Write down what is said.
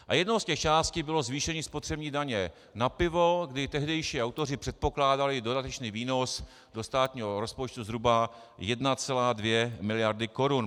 A jednou z těch částí bylo zvýšení spotřební daně na pivo, kdy tehdejší autoři předpokládali dodatečný výnos do státního rozpočtu zhruba 1,2 miliardy korun.